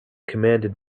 commanded